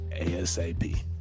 ASAP